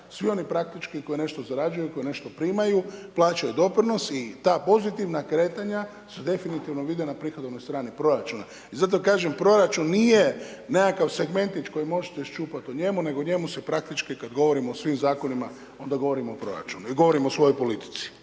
oni koji praktički koji nešto zarađuju, koji nešto primaju, plaćaju doprinos i ta pozitivna kretanja su definitivno vidio na prihodovnoj strani proračuna. I zato kažem, proračun nije nekakav segmentić koji možete iščupati o njemu, njego o njemu se praktički, kada govorimo o svim zakonima, onda govorimo o proračunu i govorimo o svojoj politici.